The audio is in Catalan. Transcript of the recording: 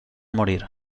morir